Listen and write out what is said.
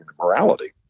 morality